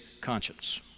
conscience